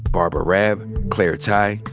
barbara raab, claire tighe,